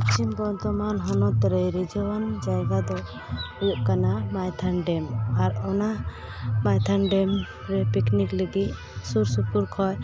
ᱯᱚᱥᱪᱤᱢ ᱵᱚᱨᱫᱷᱚᱢᱟᱱ ᱦᱚᱱᱚᱛ ᱨᱮ ᱨᱤᱡᱷᱟᱹᱣᱟᱱ ᱡᱟᱭᱜᱟ ᱫᱚ ᱦᱩᱭᱩᱜ ᱠᱟᱱᱟ ᱢᱟᱭᱛᱷᱚᱱ ᱰᱮᱢ ᱚᱱᱟ ᱢᱟᱭᱛᱷᱚᱱ ᱰᱮᱢ ᱨᱮ ᱯᱤᱠᱱᱤᱠ ᱞᱟᱹᱜᱤᱫ ᱥᱩᱨ ᱥᱩᱯᱩᱨ ᱠᱷᱚᱱ